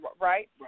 right